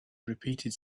repeated